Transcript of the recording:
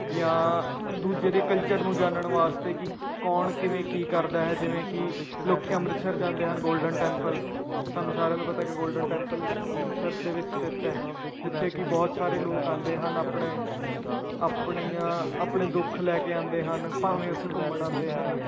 ਜਾਂ ਦੂਜੇ ਦੇ ਕਲਚਰ ਨੂੰ ਜਾਨਣ ਵਾਸਤੇ ਕਿ ਕੌਣ ਕਿਵੇਂ ਕੀ ਕਰਦਾ ਹੈ ਜਿਵੇਂ ਕਿ ਲੋਕ ਅੰਮ੍ਰਿਤਸਰ ਜਾਂਦੇ ਹਨ ਗੋਲਡਨ ਟੈਂਪਲ ਸਾਨੂੰ ਸਾਰਿਆਂ ਨੂੰ ਪਤਾ ਕਿ ਗੋਲਡਨ ਟੈਂਪਲ ਅੰਮ੍ਰਿਤਸਰ ਦੇ ਵਿੱਚ ਸਥਿੱਤ ਹੈ ਜਿੱਥੇ ਕਿ ਬਹੁਤ ਸਾਰੇ ਲੋਕ ਆਉਂਦੇ ਹਨ ਆਪਣੇ ਆਪਣੀਆਂ ਆਪਣੇ ਦੁੱਖ ਲੈ ਕੇ ਆਉਂਦੇ ਹਨ ਭਾਵੇਂ ਉੱਥੇ ਘੁੰਮਣ ਆਉਂਦੇ ਹਨ